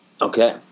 Okay